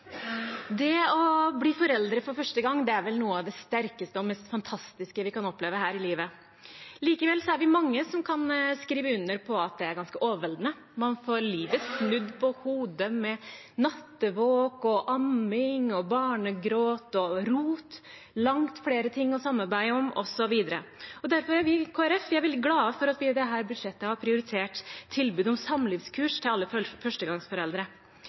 Det å bli foreldre for første gang er vel noe av det sterkeste og mest fantastiske vi kan oppleve her i livet. Likevel er vi mange som kan skrive under på at det er ganske overveldende. Man får livet snudd på hodet, med nattevåk, amming, barnegråt og rot, langt flere ting å samarbeide om osv. Derfor er vi i Kristelig Folkeparti veldig glad for at vi i dette budsjettet har prioritert tilbud om samlivskurs til alle førstegangsforeldre.